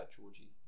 Georgie